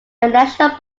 national